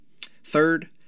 Third